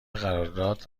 قرارداد